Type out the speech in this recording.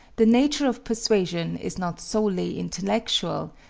the nature of persuasion is not solely intellectual,